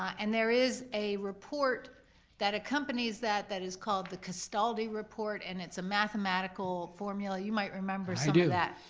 and there is a report that accompanies that that is called the castaldi report, and it's a mathematical formula. you might remember some of that.